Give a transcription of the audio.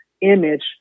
image